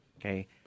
Okay